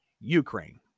Ukraine